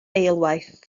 eilwaith